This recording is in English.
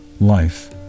life